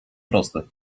proste